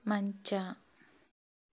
ಮಂಚ